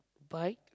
bike